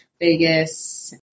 Vegas